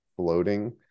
floating